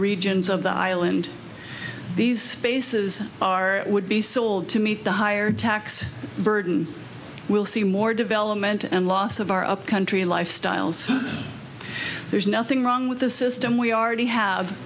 regions of the island these spaces are would be sold to meet the higher tax burden will see more development and loss of our upcountry lifestyles there's nothing wrong with the system we already have